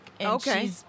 Okay